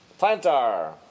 Plantar